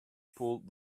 pulled